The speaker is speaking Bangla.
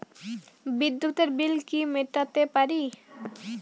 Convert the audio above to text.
বিদ্যুতের বিল কি মেটাতে পারি?